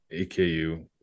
AKU